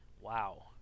wow